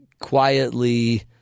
quietly